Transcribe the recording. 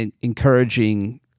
encouraging